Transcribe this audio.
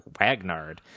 Wagnard